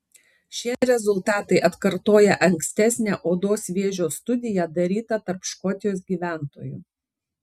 šie rezultatai atkartoja ankstesnę odos vėžio studiją darytą tarp škotijos gyventojų